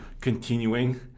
continuing